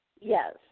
Yes